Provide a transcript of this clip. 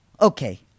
Okay